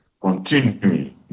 continuing